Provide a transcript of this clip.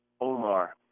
Omar